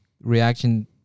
reaction